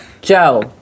Joe